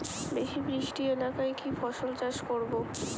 বেশি বৃষ্টি এলাকায় কি ফসল চাষ করব?